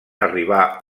arribà